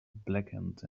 blackened